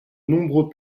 nombreux